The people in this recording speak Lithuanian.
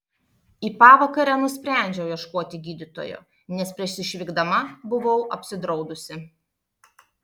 į pavakarę nusprendžiau ieškoti gydytojo nes prieš išvykdama buvau apsidraudusi